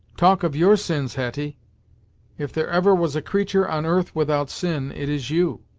talk of your sins, hetty if there ever was a creature on earth without sin, it is you!